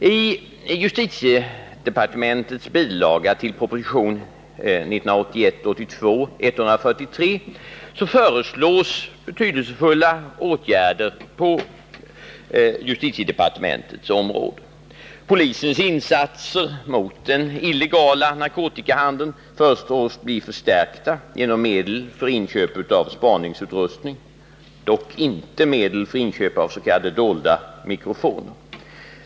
I justitiedepartementets bilaga till proposition 1981/82:143 föreslås betydelsefulla åtgärder på justitiedepartementets område. Polisens insatser mot den illegala narkotikahandeln föreslås bli förstärkta genom medel för inköp av spaningsutrustning, dock inte medel för inköp av s.k. dolda mikrofoner.